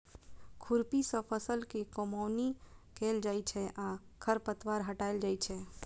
खुरपी सं फसल के कमौनी कैल जाइ छै आ खरपतवार हटाएल जाइ छै